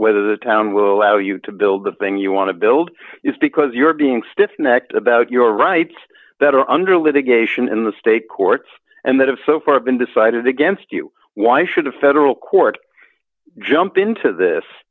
whether the town will allow you to build the thing you want to build is because you're being stiff necked about your rights that are under litigation in the state courts and that have so far been decided against you why should a federal court jump into this